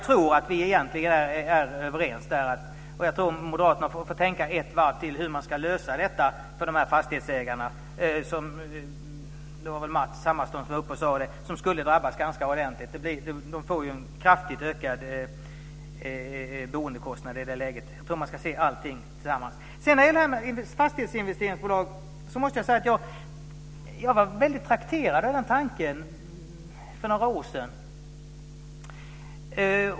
Moderaterna borde tänka ett varv till på hur detta ska lösas för de fastighetsägare som skulle drabbas hårt. Det blir ju kraftigt ökade boendekostnader i det läget. Jag tycker att man ska se allting i ett sammanhang. Jag måste säga att jag var väldigt trakterad av tanken på fastighetsinvesteringsbolag för några år sedan.